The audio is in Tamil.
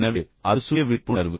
எனவே அது சுய விழிப்புணர்வு